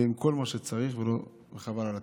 ועם כל מה שצריך, וחבל על התיאורים.